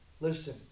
listen